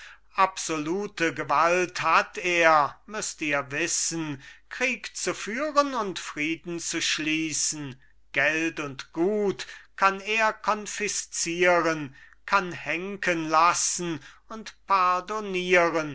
absolute gewalt hat er müßt ihr wissen krieg zu führen und frieden zu schließen geld und gut kann er konfiszieren kann henken lassen und pardonieren